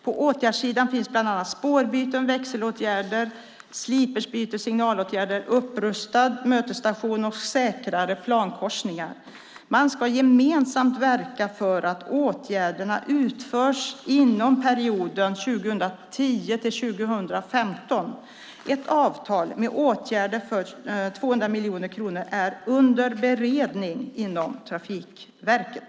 På åtgärdslistan finns bland annat spårbyten, växelåtgärder, slipersbyten, signalåtgärder, upprustad mötesstation och säkrare plankorsningar. Man ska gemensamt verka för att åtgärderna utförs inom perioden 2010-2015. Ett avtal med åtgärder för 200 miljoner kronor är under beredning inom Trafikverket.